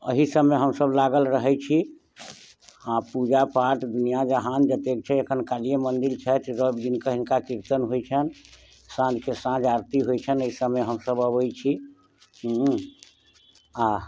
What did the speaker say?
अहीसब मे हमसब लागल रहै छी हँ पूजा पाठ दुनिआँ जहान जतेक छै एखन कालिये मन्दिर छथि दस दिनसँ हिनका कीर्तन होइ छनि साँझके साँझ आरती होइ छनि अइ सबमे हमसब अबै छी हूँ आओर